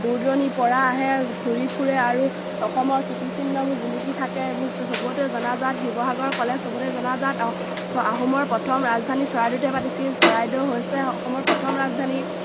দূৰ দূৰণিৰ পৰা আহে ঘূৰি ফুৰে আৰু অসমৰ কীৰ্তিচিহ্নবোৰ জিলিকি থাকে এইবোৰ চবতে জনাজাত শিৱসাগৰ কলেজ চবতে জনাজাত আহোমৰ প্ৰথম ৰাজধানী চৰাইদেউতে পাতিছিল চৰাইদেউ হৈছে অসমৰ প্ৰথম ৰাজধানী